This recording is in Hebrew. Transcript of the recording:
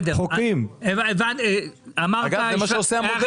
זה מה שעושה המודל.